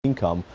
income,